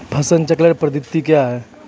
फसल चक्रण पद्धति क्या हैं?